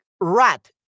rat